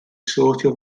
sortio